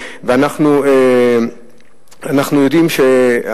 אדוני היושב-ראש,